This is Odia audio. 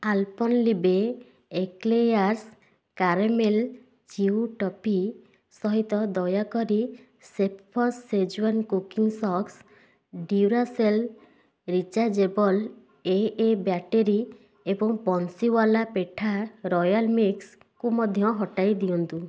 Alpenliebe eclairs caramel chew toffee ସହିତ ଦୟାକରି chef boss Schezwan cooking sauce Duracell rechargeable A A battery ଏବଂ ବଂଶୀୱାଲା ପେଠା ରୟାଲ୍ ମିକ୍ସକୁ ମଧ୍ୟ ହଟାଇ ଦିଅନ୍ତୁ